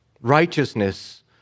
righteousness